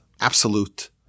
absolute